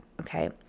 okay